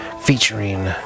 featuring